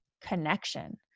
connection